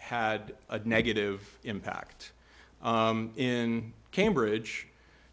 had a negative impact in cambridge